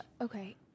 okay